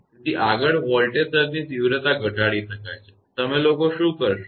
તેથી આગળ વોલ્ટેજ સર્જની તીવ્રતા ઘટાડી શકાય છે તમે લોકો શું કરશો